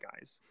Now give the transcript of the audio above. guys